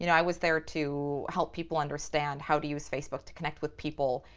you know i was there to help people understand how to use facebook to connect with people,